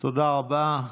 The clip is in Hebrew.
תודה רבה.